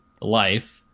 life